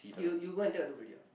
you you go and take a look already ah